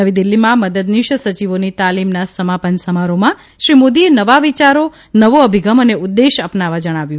નવી દિલ્ઠીમાં મદદનીશ સચિવોની તાલીમના સમાપન સમારોહમાં શ્રી મોદીએ નવા વિયારો અભિગમ અને ઉદ્દેશ અપનાવવા જણાવ્યું